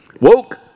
woke